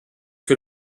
que